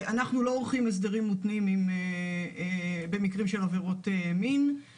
אנחנו לא עורכים הסדרים מותנים במקרים של עבירות מין,